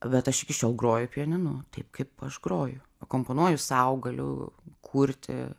bet aš iki šiol groju pianinu taip kaip aš groju akomponuoju sau galiu kurti